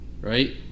right